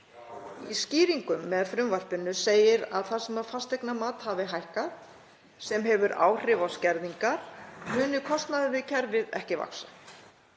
Í skýringum með frumvarpinu segir að þar sem fasteignamat hafi hækkað, sem hefur áhrif á skerðingar, muni kostnaður við kerfið ekki vaxa.